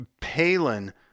Palin